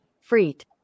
Freet